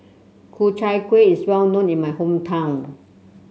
Ku Chai Kuih is well known in my hometown